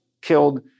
killed